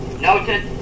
Noted